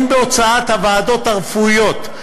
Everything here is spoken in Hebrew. הן בהוצאת הוועדות הרפואיות,